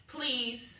Please